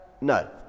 No